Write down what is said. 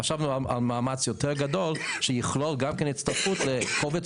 חשבנו על מאמץ יותר גדול שיכלול גם הצטרפות לקובץ